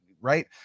right